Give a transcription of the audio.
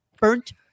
burnt